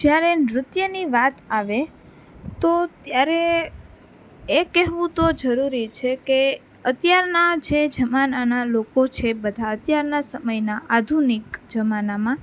જ્યારે નૃત્યની વાત આવે તો ત્યારે એ કહેવું તો જરૂરી છે કે અત્યારના જે જમાનાના લોકો છે બધા અત્યારના સમયના આધુનિક જમાનામાં